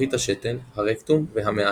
שלפוחית השתן, הרקטום והמעיים.